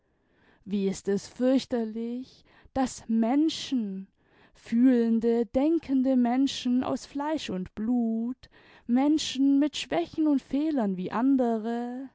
wie ist es fürchterlich daß menschen fühlende denkende menschen aus fleisch und blut menschen mit schwächen und fehlem wie andere